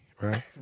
right